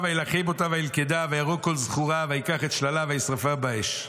ויילחם אותה וילכדה ויהרוג כל זכורה וייקח את שללה וישרפה באש.